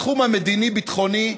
בתחום המדיני-ביטחוני,